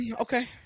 okay